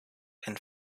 and